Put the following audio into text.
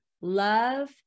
love